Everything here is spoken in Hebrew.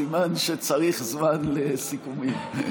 סימן שצריך זמן לסיכומים.